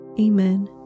Amen